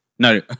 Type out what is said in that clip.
no